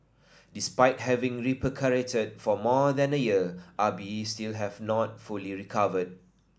despite having recuperated for more than a year Ah Bi still have not fully recovered